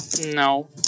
no